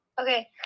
Okay